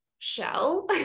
shell